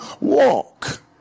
walk